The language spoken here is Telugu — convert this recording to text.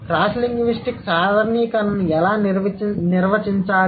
క్రాస్ లింగ్విస్టిక్ సాధారణీకరణను ఎలా నిర్వచించాలి